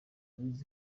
wiz